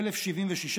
1,076,